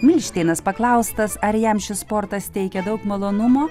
milšteinas paklaustas ar jam šis sportas teikia daug malonumo